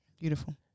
Beautiful